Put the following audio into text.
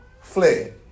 fled